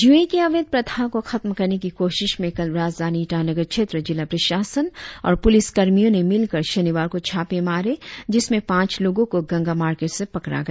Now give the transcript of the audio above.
ज़ए के अवैध प्रथा को खत्म करने की कोशिश में कल राजधानी ईटानगर क्षेत्र जिला प्रशासन और पुलिस कर्मियों ने मिलकर शनिवार को छापे मारे जिसमें पांच लोगों को गंगा मार्केट से पकड़ा गया